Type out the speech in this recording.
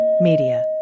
Media